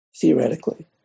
theoretically